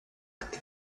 acts